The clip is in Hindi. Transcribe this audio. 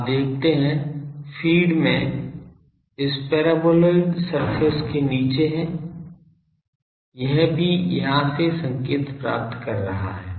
आप देखते हैं फ़ीड में इस परबोलॉइड सरफेस के नीचे है यह भी यहाँ से संकेत प्राप्त कर रहा है